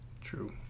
True